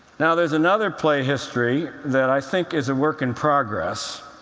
now there's another play history that i think is a work in progress.